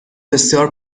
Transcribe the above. بسیار